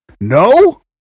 No